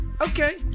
Okay